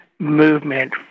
movement